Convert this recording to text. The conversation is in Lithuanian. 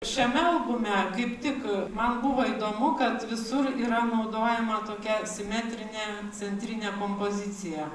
šiame albume kaip tik man buvo įdomu kad visur yra naudojama tokia simetrinė centrinė kompozicija